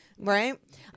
Right